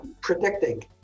predicting